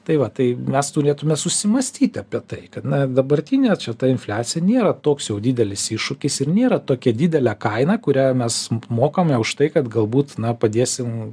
tai va tai mes turėtume susimąstyti apie tai kad na dabartinė čia ta infliacija nėra toks jau didelis iššūkis ir nėra tokia didelė kaina kurią mes mokame už tai kad galbūt na padėsim